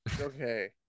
Okay